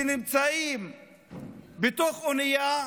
בתוך אונייה,